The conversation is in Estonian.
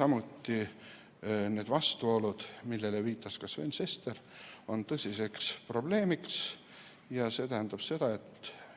samuti on need vastuolud, millele viitas Sven Sester, tõsiseks probleemiks. See tähendab seda, et